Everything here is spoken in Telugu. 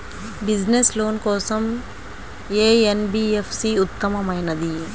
బిజినెస్స్ లోన్ కోసం ఏ ఎన్.బీ.ఎఫ్.సి ఉత్తమమైనది?